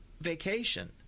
vacation